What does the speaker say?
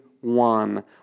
one